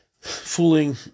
fooling